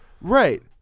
Right